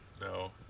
no